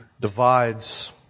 divides